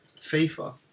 FIFA